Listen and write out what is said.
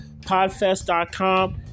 PodFest.com